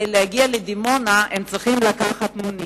כדי להגיע לדימונה הם צריכים לקחת מונית.